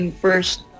first